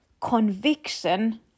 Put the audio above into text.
conviction